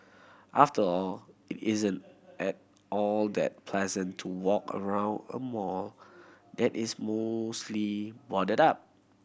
after all it isn't at all that pleasant to walk around a mall that is mostly boarded up